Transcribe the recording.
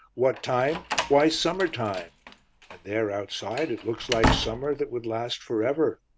what time? why, summer-time' and there outside it looks like summer that would last for ever.